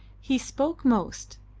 he spoke most,